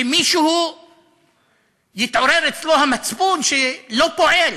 שמישהו יתעורר אצלו המצפון, שלא פועל.